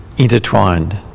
Intertwined